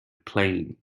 plane